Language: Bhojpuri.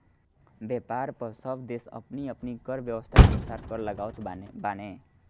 व्यापार पअ सब देस अपनी अपनी कर व्यवस्था के अनुसार कर लगावत बाने